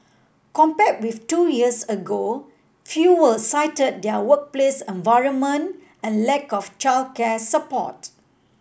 compared with two years ago fewer cited their workplace environment and lack of childcare support